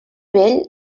vell